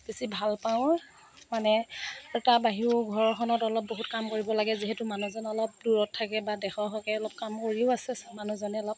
বেছি ভালপাওঁ মানে আৰু তাৰ বাহিৰেও ঘৰখনত অলপ বহুত কাম কৰিব লাগে যিহেতু মানুহজন অলপ দূৰত থাকে বা দেশৰ হকে অলপ কাম কৰিও আছে মানুহজনে অলপ